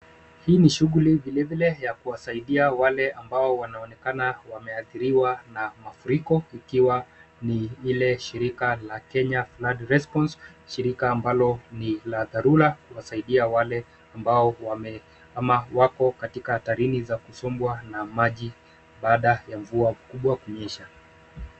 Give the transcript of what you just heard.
Hii ni shughuli vilevile ya kuwasaidia wale ambao wanaonekana wameathiriwa na mafuriko ikiwa ni ile shirika la Kenya Flood Response , shirika ambalo ni la dharura kuwasaidia wale ambao wako katika hatarini za kusombwa na maji baada ya mvua kubwa kunyesha.